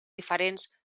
diferents